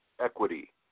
equity